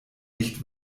nicht